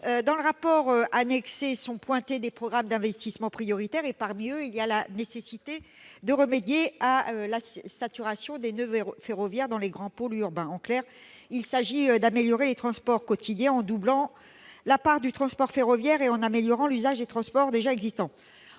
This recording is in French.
Dans le rapport annexé sont pointés des programmes d'investissements prioritaires et la nécessité de remédier à la saturation des noeuds ferroviaires dans les grands pôles urbains. En clair, il s'agit d'améliorer les transports quotidiens en doublant la part du transport ferroviaire et en améliorant l'usage des transports déjà existants.